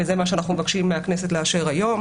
וזה מה שאנחנו מבקשים מהכנסת לאשר היום.